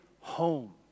home